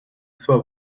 sua